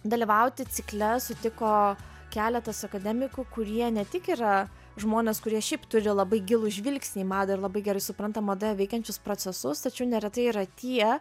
dalyvauti cikle sutiko keletas akademikų kurie ne tik yra žmonės kurie šiaip turi labai gilų žvilgsnį į madą ir labai gerai supranta madoje veikiančius procesus tačiau neretai yra tie